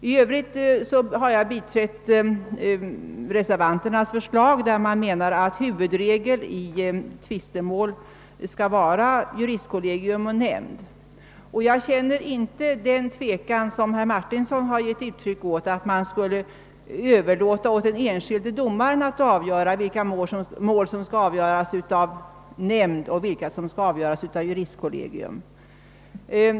I övrigt har jag biträtt reservanternas förslag att huvudregeln i tvistemål skall vara lagfaren domare och nämnd. Jag känner inte den tvekan som herr Mäartinsson har uttryckt när det gäller att överlåta på den enskilde domaren att avgöra vilka mål som skall avgöras av nämnd och vilka som skall avgöras av juristkollegium.